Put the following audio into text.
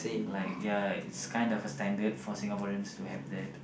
like ya it's kinda a standard for Singaporeans to have that